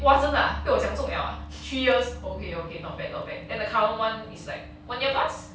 !wah! 真的被我讲中了 ah three years okay okay not bad not bad then the current one is like one year plus